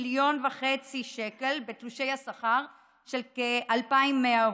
מיליון שקל בתלושי השכר של כ-2,100 עובדים.